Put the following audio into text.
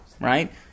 Right